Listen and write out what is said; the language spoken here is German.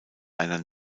einer